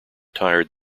tired